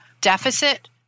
deficit